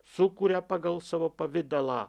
sukuria pagal savo pavidalą